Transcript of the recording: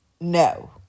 No